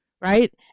right